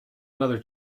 another